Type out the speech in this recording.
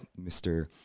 Mr